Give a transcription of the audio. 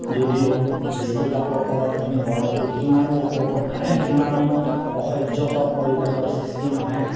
যদিও বৃষ্টিপাতৰ ফলত আমি গৰমটো সিমানো উপভোগ সিমানো অসহ্যকৰ পৰিৱেশৰ সৃষ্টি নহয়